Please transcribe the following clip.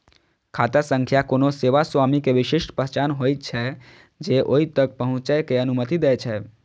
खाता संख्या कोनो सेवा स्वामी के विशिष्ट पहचान होइ छै, जे ओइ तक पहुंचै के अनुमति दै छै